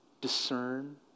discern